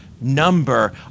number